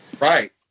right